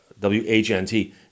W-H-N-T